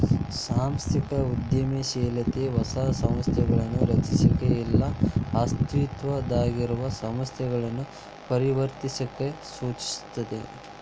ಸಾಂಸ್ಥಿಕ ಉದ್ಯಮಶೇಲತೆ ಹೊಸ ಸಂಸ್ಥೆಗಳನ್ನ ರಚಿಸಕ ಇಲ್ಲಾ ಅಸ್ತಿತ್ವದಾಗಿರೊ ಸಂಸ್ಥೆಗಳನ್ನ ಪರಿವರ್ತಿಸಕ ಸೂಚಿಸ್ತದ